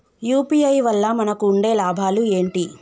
UPI వల్ల మనకు ఉండే లాభాలు ఏంటి?